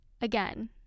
again